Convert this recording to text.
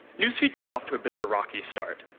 news feed got off to a bit of a rocky start,